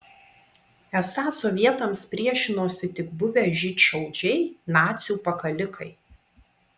esą sovietams priešinosi tik buvę žydšaudžiai nacių pakalikai